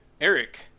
Eric